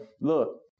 look